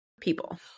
people